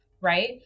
right